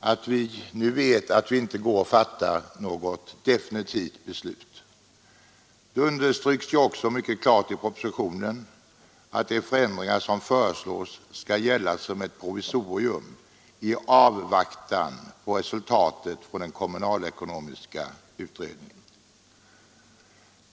att vi nu vet att vi inte går att fatta något definitivt beslut. Det understryks också mycket klart i propositionen att de förändringar som föreslås skall gälla som ett provisorium i avvaktan på resultatet av den kommunalekonomiska utredningen.